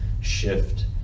shift